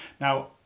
Now